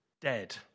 dead